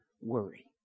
worry